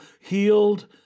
healed